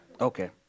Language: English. Okay